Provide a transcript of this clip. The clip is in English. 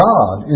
God